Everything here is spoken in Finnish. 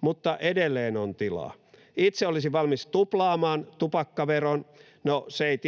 mutta edelleen on tilaa. Itse olisin valmis tuplaamaan tupakkaveron. Se ei